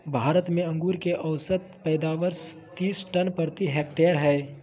भारत में अंगूर के औसत पैदावार तीस टन प्रति हेक्टेयर हइ